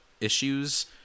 issues